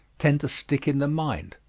tend to stick in the mind.